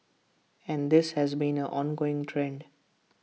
and this has been an ongoing trend